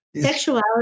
Sexuality